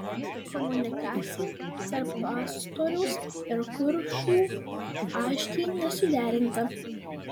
komunikacija tarp pastoriaus ir kuršių aiškiai nesuderinta